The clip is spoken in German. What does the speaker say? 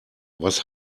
was